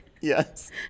yes